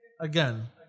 again